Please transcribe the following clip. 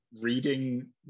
reading